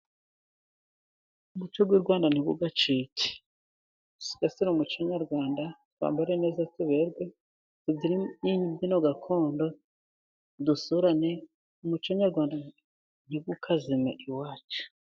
Umuco w'i Rwanda ntugacike. Dusigasire umuco nyarwanda, twambare neza tuberwe, tubyine imbyino gakondo, dusurane, umuco nyarwanda ntukazime iwacu.